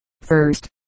first